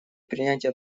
принятие